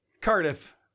Cardiff